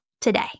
today